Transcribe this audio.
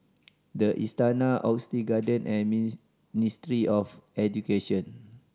The Istana Oxley Garden and Ministry of Education